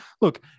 look